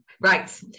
Right